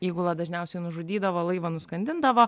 įgula dažniausiai nužudydavo laivą nuskandindavo